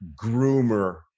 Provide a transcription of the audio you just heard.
groomer